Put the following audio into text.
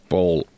Paul